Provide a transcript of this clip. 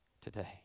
today